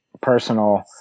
personal